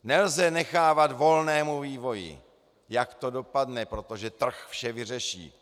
Nelze je nechávat volnému vývoji, jak to dopadne, protože trh vše vyřeší.